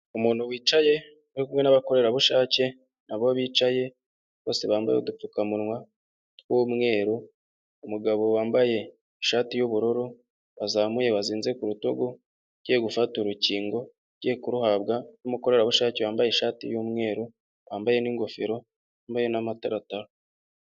Umuntu wicaye ari kumwe nabakorerabushake nabo bicaye, bose bambaye udupfukamunwa tw'umweru, umugabo wambaye ishati y'ubururu, wazamuye wazinze ku rutugu, ugiye gufata urukingo, ugiye kuruhabwa n'umukorerabushake wambaye ishati y'umweru, wambaye n'ingofero, wambaye n'amataratara.